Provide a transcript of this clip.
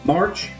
March